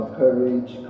courage